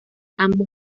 ambos